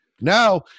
Now